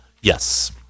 Yes